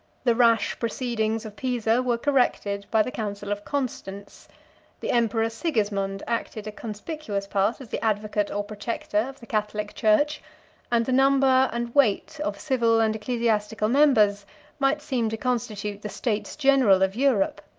the rash proceedings of pisa were corrected by the council of constance the emperor sigismond acted a conspicuous part as the advocate or protector of the catholic church and the number and weight of civil and ecclesiastical members might seem to constitute the states-general of europe.